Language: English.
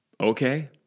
Okay